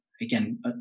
Again